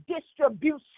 distribution